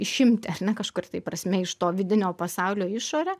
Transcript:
išimti ar ne kažkuria tai prasme iš to vidinio pasaulio į išorę